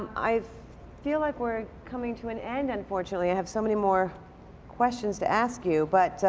i feel like we're coming to an end unfortunately. i have so many more questions to ask you but